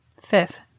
Fifth